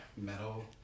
metal